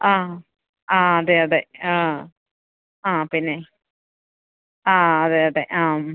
ആ ആ അതെ അതെ ആ ആ പിന്നെ ആ അതെ അതെ ആ മ്